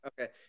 Okay